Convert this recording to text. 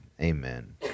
amen